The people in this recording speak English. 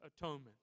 atonement